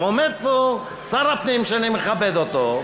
ועומד פה שר הפנים, שאני מכבד אותו,